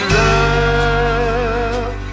love